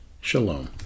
Shalom